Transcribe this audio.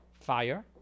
fire